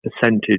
percentage